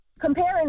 comparing